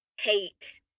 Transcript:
hate